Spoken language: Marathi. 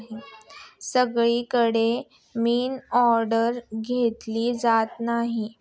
सगळीकडे मनीऑर्डर घेतली जात नाही